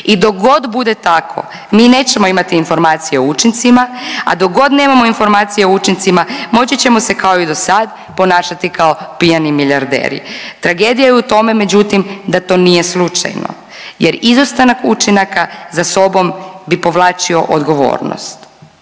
I dok god bude tako mi nećemo imati informacije o učincima, a dok god nemamo informacije o učincima moći ćemo se kao i dosad ponašati kao pijani milijarderi. Tragedija je u tome međutim da to nije slučajno jer izostanak učinaka za sobom bi povlačio odgovornost,